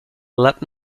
let